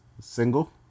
single